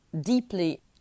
deeply